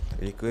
Děkuji.